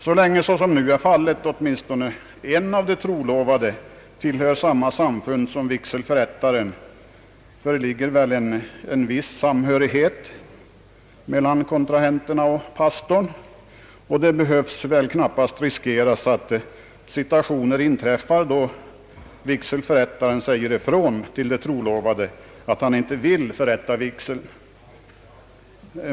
Så länge, såsom nu är fallet, åtminstone en av de trolovade tillhör samma samfund som vigselförrättaren, föreligger väl en viss samhörighet mellan kontrahenterna och pastorn, och det behöver knappast riskeras att situationer inträffar där vigselförrättaren säger ifrån till de trolovade att han inte vill förrätta vigseln.